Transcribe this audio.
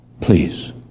Please